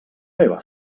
meva